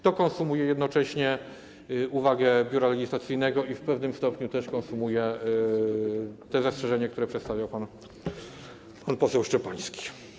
To konsumuje jednocześnie uwagę Biura Legislacyjnego i w pewnym stopniu konsumuje też zastrzeżenia, które przedstawiał pan poseł Szczepański.